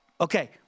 Okay